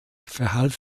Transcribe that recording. verhalf